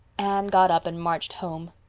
anne got up and marched home.